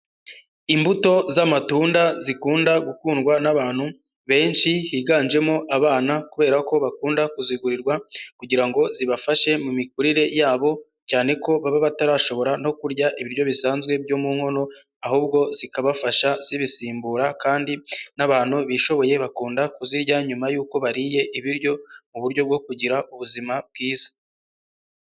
Imbuto z'amatunda zikunda gukundwa n'abantu benshi, higanjemo abana kubera ko bakunda kuzigurirwa, kugira ngo zibafashe mu mikurire yabo, cyane ko baba batarashobora no kurya ibiryo bisanzwe byo mu nkono, ahubwo zikabafasha zibisimbura kandi n'abantu bishoboye bakunda kuzirya nyuma yuko bariye ibiryo, mu buryo bwo kugira ubuzima bwiza.